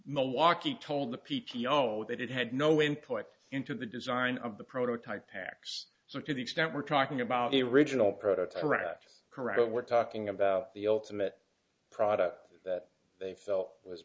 milwaukee told the p t o no that it had no input into the design of the prototype packs so to the extent we're talking about the original prototype rafters correct we're talking about the ultimate product that they felt was